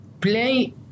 play